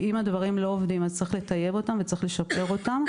אם הדברים לא עובדים צריך לטייב אותם ולשפר אותם.